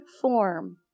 form